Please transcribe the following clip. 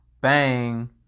bang